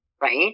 right